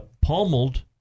pummeled